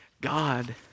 God